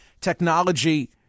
technology